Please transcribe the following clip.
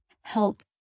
help